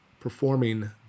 performing